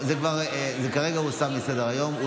אבל זה ירד, והמציעים לא